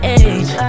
age